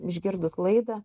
išgirdus laidą